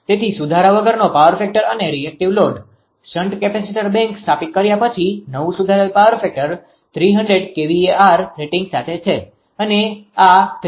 તેથી સુધારા વગરનો પાવર ફેક્ટર અને reactive load shunt capacitor bank સ્થાપિત કર્યા પછી નવું સુધારેલ પાવર ફેક્ટર 300kVAr રેટિંગ સાથે છે